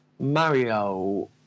Mario